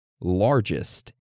largest